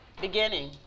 Beginning